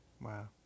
Wow